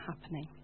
happening